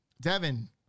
Devin